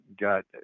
got